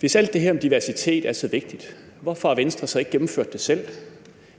Hvis alt det her med diversitet er så vigtigt, hvorfor har Venstre så ikke gennemført det selv?